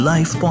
Life